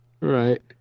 Right